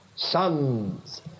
sons